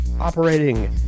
operating